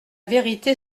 vérité